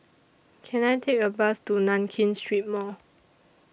Can I Take A Bus to Nankin Street Mall